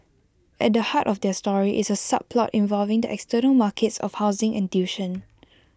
at the heart of their story is A subplot involving the external markets of housing and tuition